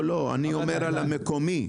אני מדבר על המקומי,